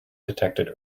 detected